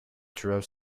drove